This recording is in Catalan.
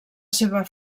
seua